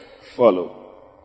Follow